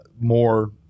more